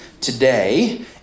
today